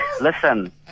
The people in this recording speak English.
Listen